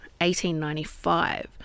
1895